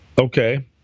Okay